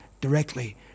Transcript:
directly